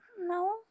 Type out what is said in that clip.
No